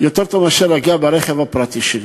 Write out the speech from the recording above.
יותר טוב מאשר להגיע ברכב הפרטי שלי,